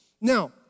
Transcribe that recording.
Now